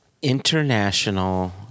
International